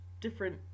different